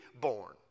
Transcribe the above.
born